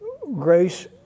grace